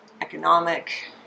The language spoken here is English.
economic